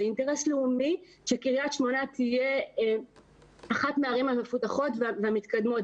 זה אינטרס לאומי שקריית שמונה תהיה אחת מהערים המפותחות והמתקדמות.